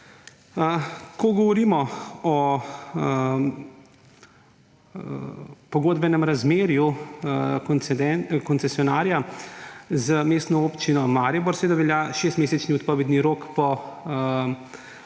Ko govorimo o pogodbenem razmerju koncesionarja z Mestno občino Maribor, seveda velja šestmesečni odpovedni rok po pogodbi,